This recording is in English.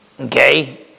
Okay